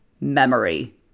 memory